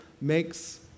makes